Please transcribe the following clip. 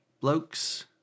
blokes